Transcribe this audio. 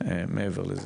מעבר לזה.